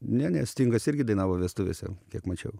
ne ne stingas irgi dainavo vestuvėse kiek mačiau